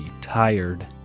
tired